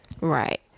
right